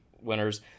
winners